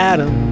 Adam